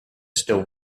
still